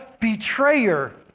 betrayer